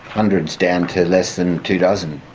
hundreds, down to less than two dozen.